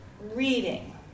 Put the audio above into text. reading